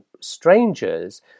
strangers